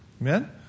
Amen